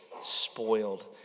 spoiled